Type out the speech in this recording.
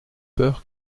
peur